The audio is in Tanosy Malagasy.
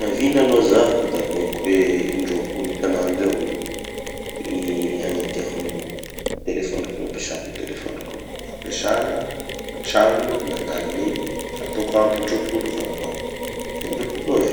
vina aloha zaho ko da ataoko hoe indrôpolo isanandro eo gny gny agnentiako gny telefoniko gn'ampesako gny telefoniko. Ampesana, antragno, andalan'egny, ataoko ampy indrôpolo gny fanova. Indropolo eo e.